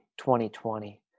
2020